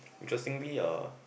interestingly uh